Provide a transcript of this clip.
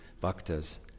Bhaktas